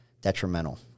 detrimental